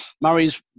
Murray's